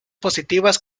positivas